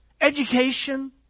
education